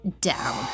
Down